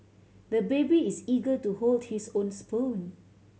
the baby is eager to hold his own spoon